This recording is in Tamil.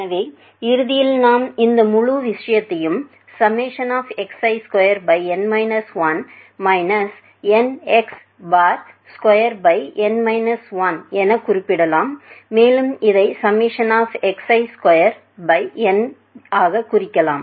எனவே இறுதியில் நாம் இந்த முழு விஷயத்தையும் xi2 nx2 எனக் குறிப்பிடலாம் மேலும் இதை 2 ஆகக் குறைக்கலாம்